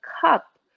cup